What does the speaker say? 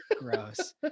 Gross